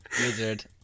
Wizard